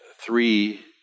three